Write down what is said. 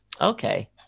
Okay